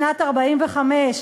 שנת 1945,